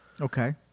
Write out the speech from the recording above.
Okay